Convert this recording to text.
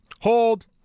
hold